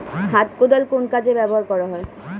হাত কোদাল কোন কাজে ব্যবহার করা হয়?